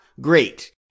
great